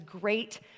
great